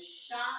shot